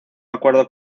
acuerdo